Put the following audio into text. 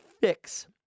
fix